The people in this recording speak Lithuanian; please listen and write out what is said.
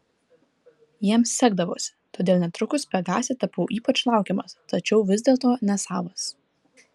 jiems sekdavosi todėl netrukus pegase tapau ypač laukiamas tačiau vis dėlto nesavas